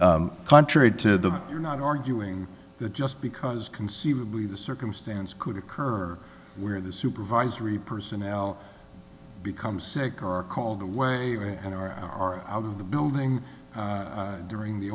contrary to the you're not arguing that just because conceivably the circumstance could occur where the supervisory personnel becomes sick or called away and are out of the building during the